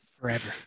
forever